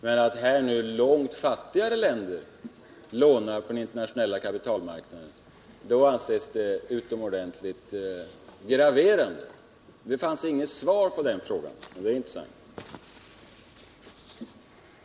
medan det när långt fattigare länder lånar på kapitalmarknaden anses utomordentligt graverande. Det gavs inget svar på den frågan, och det är intressant.